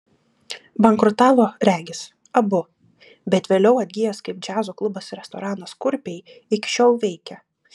bankrutavo regis abu bet vėliau atgijęs kaip džiazo klubas restoranas kurpiai iki šiol veikia